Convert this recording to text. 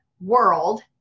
world